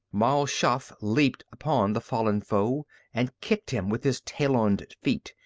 mal shaff leaped upon the fallen foe and kicked him with his taloned feet,